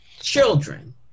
children